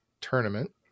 tournament